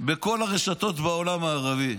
הרשתות בעולם הערבי.